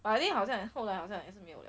but I think 好像后来好像也是没有了